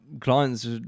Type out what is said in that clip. clients